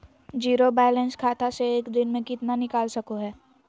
Zero balance खाता से एक दिन में कितना निकाल सको है?